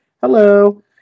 Hello